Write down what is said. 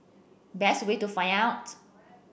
best way to find out